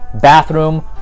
bathroom